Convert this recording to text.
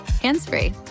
hands-free